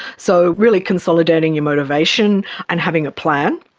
so really consolidating your motivation and having a plan.